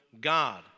God